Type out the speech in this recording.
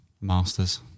Masters